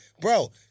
bro